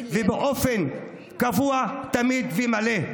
באופן קבוע תמידי ומלא.